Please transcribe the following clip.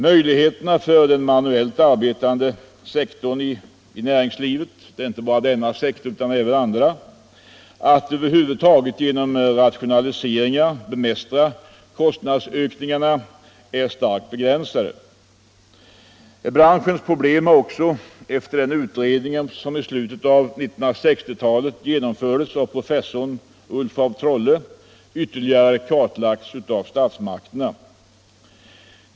Möjligheterna för en manuellt arbetande sektor i näringslivet — det gäller inte bara glasindustrin utan även andra industrier — att genom rationaliseringar bemästra kostnadsökningarna är över huvud taget starkt begränsade. Branschens problem har också efter den utredning som i slutet av 1960-talet genomfördes av professor Ulf af Trolle ytterligare kartlagts av statsmakterna.